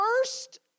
first